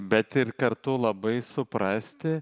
bet ir kartu labai suprasti